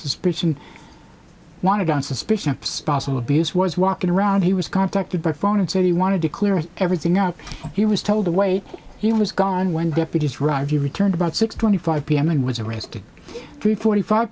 suspicion wanted on suspicion of spousal abuse was walking around he was contacted by phone and said he wanted to clear everything up he was told to wait he was gone when deputies ravi returned about six twenty five p m and was arrested three forty five